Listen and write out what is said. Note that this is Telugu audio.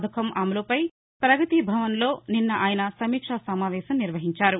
పథకం అమలుపై ప్రగతిభవన్ లో ఆయన నిన్న సమీక్ష సమావేశం నిర్వహించారు